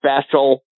special